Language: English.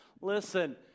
listen